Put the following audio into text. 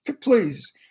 Please